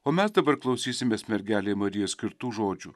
o mes dabar klausysimės mergelei marijai skirtų žodžių